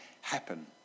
happen